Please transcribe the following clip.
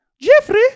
Jeffrey